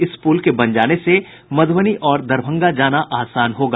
इस पुल के बन जाने से मधुबनी और दरभंगा जाना आसान होगा